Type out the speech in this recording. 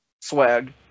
Swag